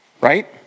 Right